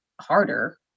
harder